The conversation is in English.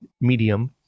medium